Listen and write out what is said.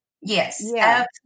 yes